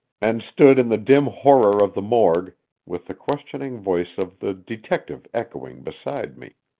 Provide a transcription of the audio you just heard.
and stood in the dim horror of the morgue with the questioning voice of the detective echoing beside me